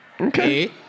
Okay